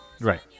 Right